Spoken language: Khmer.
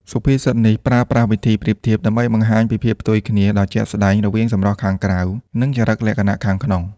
សុភាសិតនេះប្រើប្រាស់វិធីប្រៀបធៀបដើម្បីបង្ហាញពីភាពផ្ទុយគ្នាដ៏ជាក់ស្តែងរវាងសម្រស់ខាងក្រៅ និងចរិតលក្ខណៈខាងក្នុង។